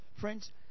Friends